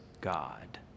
God